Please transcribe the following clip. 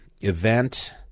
event